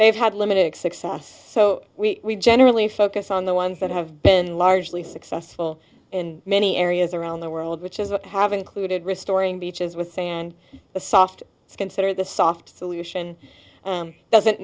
they've had limited success so we generally focus on the ones that have been largely successful in many areas around the world which is what have included restoring beaches with sand a soft it's considered the soft solution does